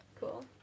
Cool